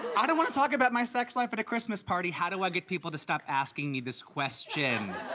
i don't wanna talk about my sex life at a christmas party. how do i get people to stop asking me this question?